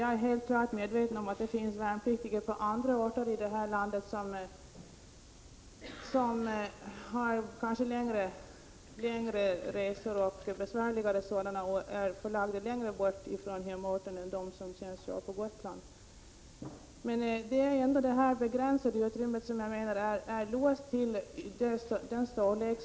Jag är klart medveten om att det finns värnpliktiga som gör sin militärtjänst längre från hemorten och som kanske har längre resor och besvärligare sådana än de som tjänstgör på Gotland. Vad jag vill peka på är att det här är fråga om ett begränsat utrymme, som är låst till båtens storlek.